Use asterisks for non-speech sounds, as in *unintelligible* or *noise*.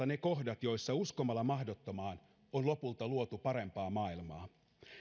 *unintelligible* ne kohdat joissa uskomalla mahdottomaan on lopulta luotu parempaa maailmaa